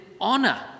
honor